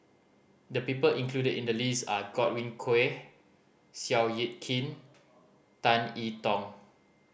the people included in the list are Godwin Koay Seow Yit Kin Tan I Tong